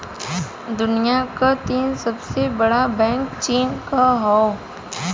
दुनिया के तीन सबसे बड़ा बैंक चीन क हौ